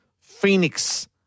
Phoenix